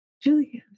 Julia